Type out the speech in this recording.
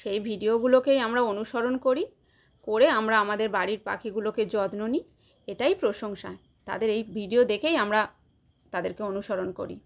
সেই ভিডিওগুলোকেই আমরা অনুসরণ করি করে আমরা আমাদের বাড়ির পাখিগুলোকে যত্ন নিই এটাই প্রশংসা তাদের এই ভিডিও দেখেই আমরা তাদেরকে অনুসরণ করি